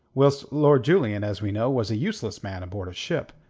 whilst lord julian, as we know, was a useless man aboard a ship.